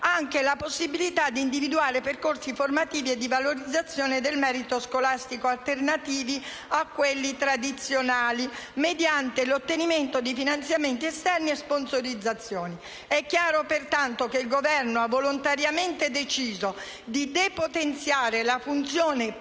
anche la possibilità di individuare percorsi formativi e di valorizzazione del merito scolastico alternativi a quelli tradizionali, mediante l'ottenimento di finanziamenti esterni e sponsorizzazioni. È chiaro, pertanto, che il Governo ha volontariamente deciso di depotenziare la funzione pubblica